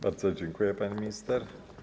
Bardzo dziękuję, pani minister.